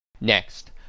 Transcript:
Next